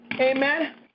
amen